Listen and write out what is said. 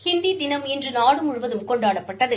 ஹிந்தி தினம் இன்று நாடு முழுவதும் கொண்டாடப்பட்டது